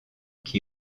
qui